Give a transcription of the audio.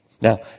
Now